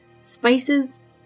spices